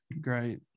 Great